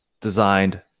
designed